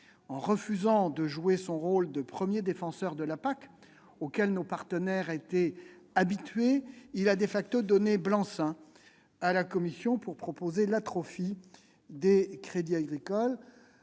En refusant de jouer son rôle de premier défenseur de la PAC auquel nos partenaires étaient habitués, il a donné blanc-seing à la Commission pour proposer l'atrophie des crédits agricoles.